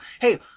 Hey